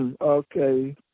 okay